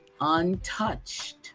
untouched